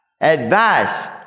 Advice